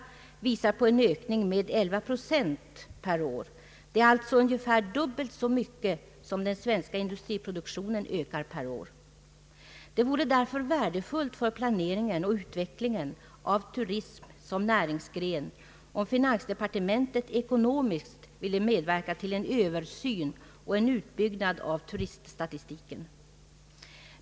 Undersökningen visar på en ökning med 11 procent per år — det är ungefär dubbelt så mycket som den svenska industriproduktionen ökar per ån: Det vore därför värdefullt för planeringen och utvecklingen av turism som näringsgren om <finansdepartementet ekonomiskt ville medverka till en översyn och en utbyggnad av turiststatistiken.